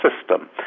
system